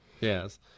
Yes